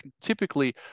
typically